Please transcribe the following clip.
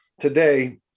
Today